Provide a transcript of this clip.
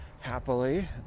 happily